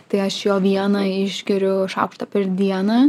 tai aš jo vieną išgeriu šaukštą per dieną